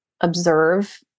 observe